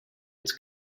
its